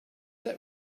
that